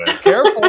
Careful